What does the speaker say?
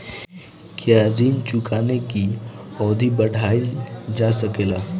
क्या ऋण चुकाने की अवधि बढ़ाईल जा सकेला?